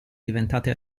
diventate